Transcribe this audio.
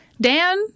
Dan